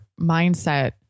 mindset